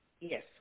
Yes